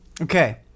okay